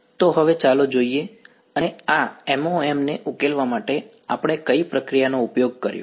તો હવે ચાલો જોઈએ અને આ MoM ને ઉકેલવા માટે આપણે કઈ પ્રક્રિયાનો ઉપયોગ કર્યો